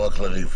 לא רק לריב.